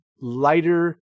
lighter